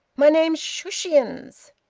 my name's shushions!